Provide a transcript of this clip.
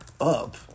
up